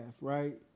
right